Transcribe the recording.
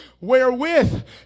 Wherewith